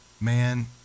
Man